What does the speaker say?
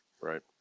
Right